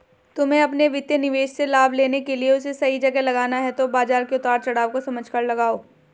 तुम्हे अपने वित्तीय निवेश से लाभ लेने के लिए उसे सही जगह लगाना है तो बाज़ार के उतार चड़ाव को समझकर लगाओ